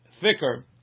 thicker